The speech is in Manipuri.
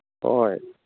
ꯍꯣꯏ